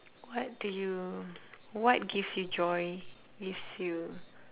what do you what gives you joy gives you